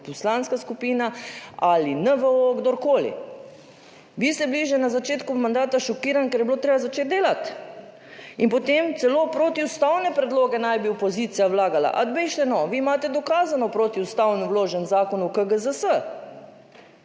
poslanska skupina ali NVO, kdorkoli. Vi ste bili že na začetku mandata šokirani, ker je bilo treba začeti delati in potem celo protiustavne predloge naj bi opozicija vlagala, a bejžite no. Vi imate dokazano protiustavno vložen zakon o KGZS,